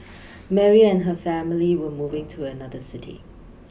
Mary and her family were moving to another city